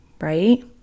right